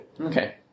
Okay